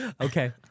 Okay